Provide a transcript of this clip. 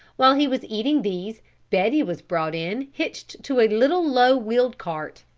while he was eating these betty was brought in hitched to a little low wheeled cart.